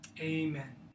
Amen